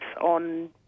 on